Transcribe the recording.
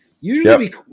usually